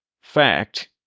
fact